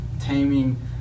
taming